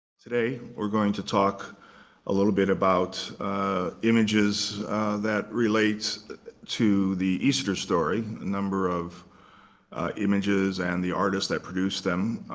today we're going to talk a little bit about images that relates to the easter story a number of images and the artists that produced them.